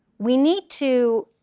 we need to,